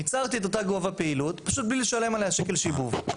ייצרתי את אותו גובה פעילות פשוט בלי לשלם עליה שקל שיבוב.